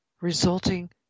Resulting